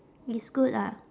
it's good lah